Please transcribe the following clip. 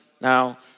Now